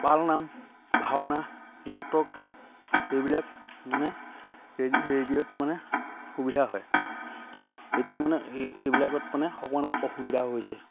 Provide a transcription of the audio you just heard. পালনাম ভাওনা নাটক এইবিলাক মানে ৰেডিঅ'ত মানে সুবিধা হয় এতিয়া মানে এই এইবিলাকত মানে অকমাণ অসুবিধা হৈছে